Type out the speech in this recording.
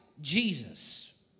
Jesus